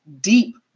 deep